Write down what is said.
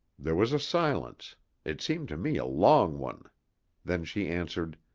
there was a silence it seemed to me a long one then she answered